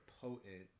potent